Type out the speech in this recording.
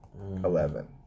Eleven